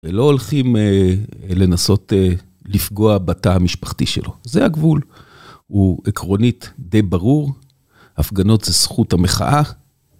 ולא הולכים לנסות לפגוע בתא המשפחתי שלו. זה הגבול, הוא עקרונית די ברור. הפגנות זה זכות המחאה.